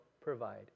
provide